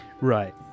Right